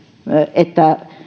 että